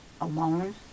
alone